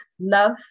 love